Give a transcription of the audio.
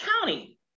county